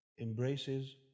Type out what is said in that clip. embraces